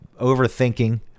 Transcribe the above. overthinking